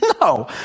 No